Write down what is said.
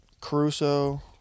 Caruso